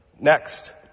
next